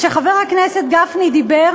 כשחבר הכנסת גפני דיבר,